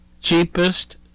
cheapest